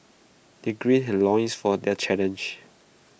they gird their loins for their challenge